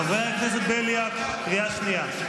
חבר הכנסת בליאק, קריאה שנייה.